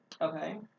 Okay